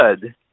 good